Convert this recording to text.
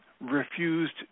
refused